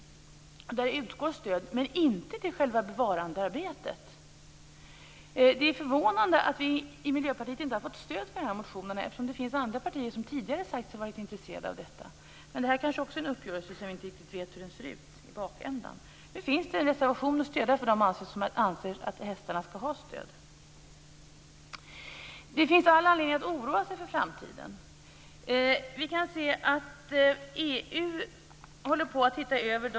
Det utgår en del stöd, men inte till själva bevarandearbetet. Det är förvånande att vi i Miljöpartiet inte har fått stöd för de här motionerna eftersom det finns andra partier som tidigare har sagt sig vara intresserade av detta. Men det här kanske också är en uppgörelse som jag inte riktigt vet hur den ser ut i slutändan. Det finns all anledning att oroa sig för framtiden.